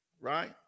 Right